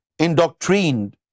indoctrined